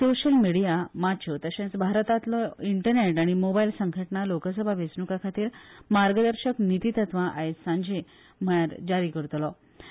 social media माच्यो तशेच भारतातल्यो इंटरनेट आनी मोबायल संघटना लोकसभा वेचणूकांखातीर मार्गदर्शक नितीतत्वा आयज सांजे म्हणल्यार जारी करतल्यो